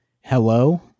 hello